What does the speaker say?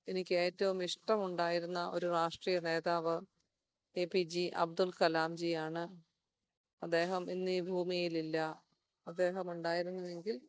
എനിക്ക് ഏറ്റവും ഇഷ്ടമുണ്ടായിരുന്ന ഒരു രാഷ്ട്രീയ നേതാവ് A P J Abdul Kalam ji ആണ് അദ്ദേഹം ഇന്ന് ഈ ഭൂമിയിലില്ല അദ്ദേഹം ഉണ്ടായിരുന്നുവെങ്കിൽ